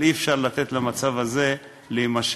אבל אי-אפשר לתת למצב הזה להימשך.